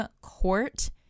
Court